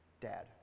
dad